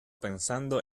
pensando